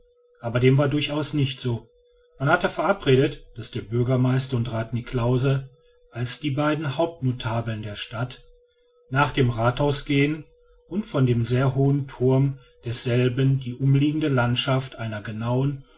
aber dem war durchaus nicht so man hatte verabredet daß der bürgermeister und rath niklausse als die beiden hauptnotabeln der stadt nach dem rathhause gehen und von dem sehr hohen thurm desselben die umliegende landschaft einer genauen